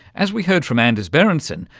as we heard from anders berensson,